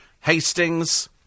Hastings